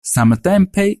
samtempe